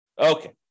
Okay